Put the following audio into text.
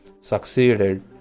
succeeded